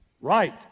Right